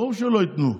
ברור שלא ייתנו,